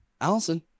Allison